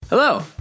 Hello